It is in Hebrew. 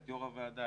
את יו"ר הוועדה,